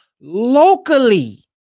locally